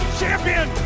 champion